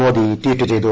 Modi tweet ചെയ്തു